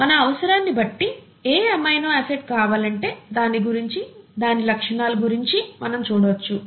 మన అవసరాన్ని బట్టి ఏ ఎమినో ఆసిడ్ కావాలంటే దాని గురించి దాని లక్షణాల గురించి మనం చూడొచ్చు